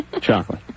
chocolate